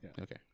Okay